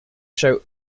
show